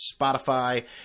Spotify